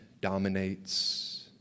dominates